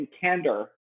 candor